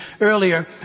earlier